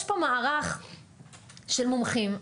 יש פה מערך של מומחים.